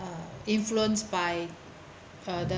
influenced by uh the